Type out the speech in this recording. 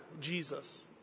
Jesus